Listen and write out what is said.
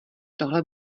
tohle